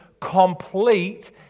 complete